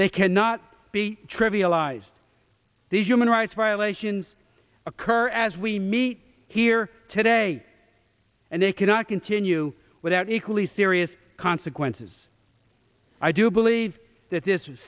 they cannot be trivialized these human rights violations occur as we meet here today and they cannot continue without equally serious consequences i do believe that this